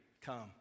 come